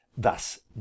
Thus